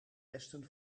westen